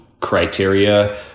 criteria